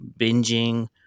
binging